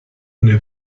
une